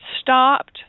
stopped